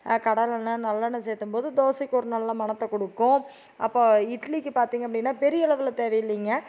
கடலெண்ணெய் நல்லெண்ணெய் சேத்தும் போது தோசைக்கு ஒரு நல்ல மணத்தை கொடுக்கும் அப்போ இட்லிக்கு பார்த்திங்க அப்படின்னா பெரிய அளவில் தேவை இல்லைங்க